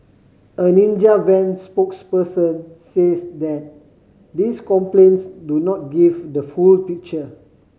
a Ninja Van spokesperson says that these complaints do not give the full picture